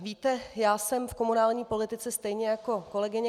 Víte, já jsem v komunální politice stejně jako kolegyně